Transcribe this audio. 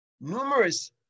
numerous